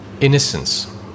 innocence